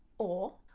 or,